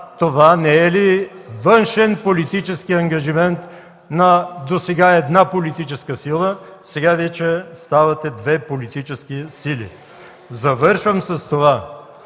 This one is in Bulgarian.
Това не е ли външен политически ангажимент досега на една политическа сила, а сега вече ставате две политически сили? (Председателят